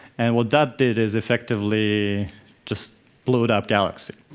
and what that did is effectively just blew it off galaxy.